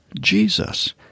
Jesus